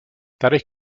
dadurch